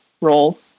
role